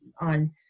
on